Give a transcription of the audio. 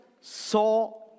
saw